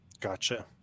Gotcha